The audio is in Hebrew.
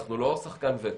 אנחנו לא שחקן וטו.